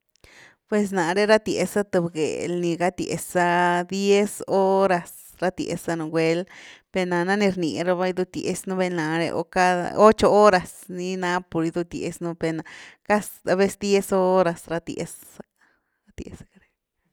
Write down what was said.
Pues nare ratiazia th bgel, ni gatiaz sa diez horas ratiaza nu guel per ni nana rni raba gidutiaz nú vel na re ho cada ocho horas ni na pur gëtiaz nú velna, casi a vez diez horas ratie’za.